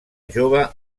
jove